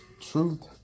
truth